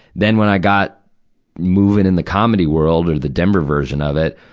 then when i got moving in the comedy world, or the denver version of it,